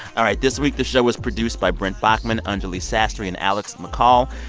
all right, this week the show was produced by brent baughman, anjuli sastry and alex mccall.